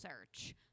search